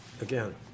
Again